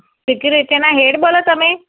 સિક્યુરિટીના head બોલો તમે